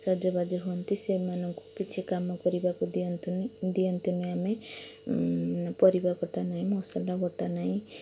ସଜବାଜ ହୁଅନ୍ତି ସେମାନଙ୍କୁ କିଛି କାମ କରିବାକୁ ଦିଅନ୍ତୁନି ଦିଅନ୍ତିନି ଆମେ ପରିବା କଟା ନାହିଁ ମସଲା ବଟା ନାହିଁ